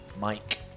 Mike